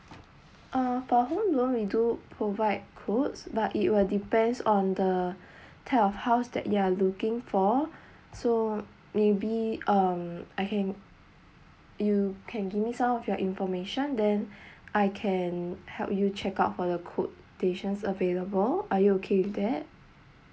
uh for home loan we do provide quotes but it will depends on the type of house that they are looking for so maybe um I can you can give me some of your information then I can help you check out for the quotations available are you okay with that